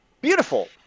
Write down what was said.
Beautiful